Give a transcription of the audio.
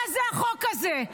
מה זה החוק הזה?